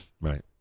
Right